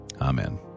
Amen